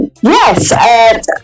Yes